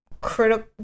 critical